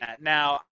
Now